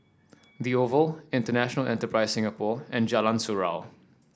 the Oval International Enterprise Singapore and Jalan Surau